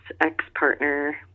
ex-partner